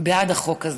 בעד החוק הזה.